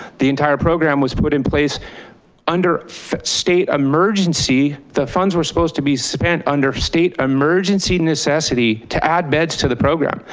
the entire program was put in place under state emergency, the funds were supposed to be spent under state emergency necessity to add beds to the program,